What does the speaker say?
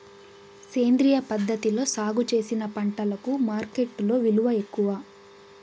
సేంద్రియ పద్ధతిలో సాగు చేసిన పంటలకు మార్కెట్టులో విలువ ఎక్కువ